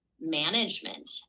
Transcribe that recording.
management